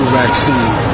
vaccine